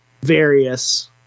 various